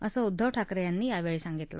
असं उद्दव ठाकर यांनी यावळी सांगितलं